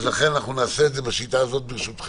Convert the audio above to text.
לכן אנחנו נעשה את זה בשיטה ברשותכם.